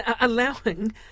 allowing